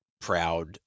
proud